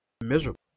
miserable